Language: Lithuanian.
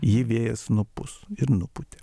jį vėjas nupūs ir nupūtė